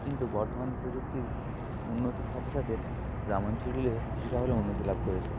কিন্তু বর্তমান প্রযুক্তির উন্নতির সাথে সাথে গ্রামাঞ্চগুলিও কিছুটা হলেও উন্নতি লাভ করেছে